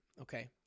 Okay